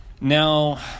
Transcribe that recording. Now